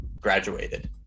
graduated